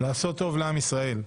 לעשות טוב לעם ישראל.